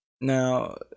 Now